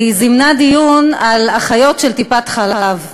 היא זימנה דיון על האחיות של טיפות-החלב.